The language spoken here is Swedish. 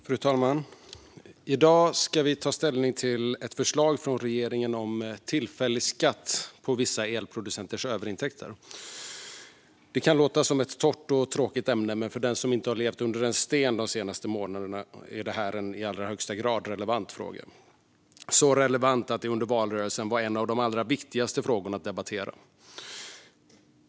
Fru talman! I dag ska vi ta ställning till ett förslag från regeringen om tillfällig skatt på vissa elproducenters överintäkter. Det kan låta som ett torrt och tråkigt ämne, men för den som inte har levt under en sten de senaste månaderna är det här en i allra högsta grad relevant fråga. Den är så relevant att den under valrörelsen var en av de allra viktigaste frågorna att debattera.